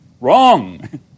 Wrong